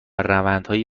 روندهایی